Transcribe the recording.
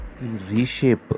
reshape